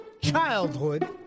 childhood